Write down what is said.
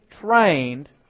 trained